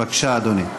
בבקשה, אדוני.